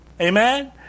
Amen